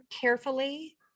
carefully